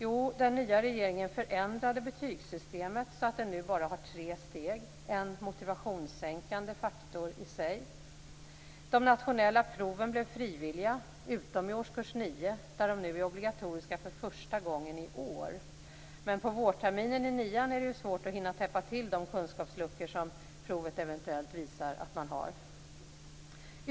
Jo, den nya regeringen förändrade betygssystemet så att det nu bara har tre steg - en motivationssänkande faktor i sig. De nationella proven blev frivilliga utom i årskurs 9, där de är obligatoriska för första gången i år. Men på vårterminen i 9:an är det svårt att hinna täppa till de kunskapsluckor som provet eventuellt visar att man har.